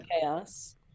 chaos